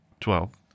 Twelve